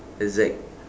exact